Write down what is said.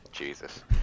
jesus